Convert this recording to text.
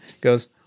goes